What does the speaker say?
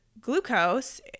glucose